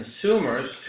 consumers